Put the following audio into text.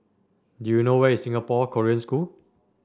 do you know where is Singapore Korean School